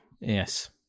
Yes